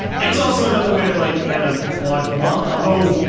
it's also another way to like kind of block them off. although,